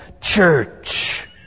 church